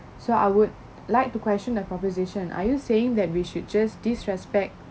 so I would like to question the proposition are you saying that we should just disrespect